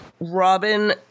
Robin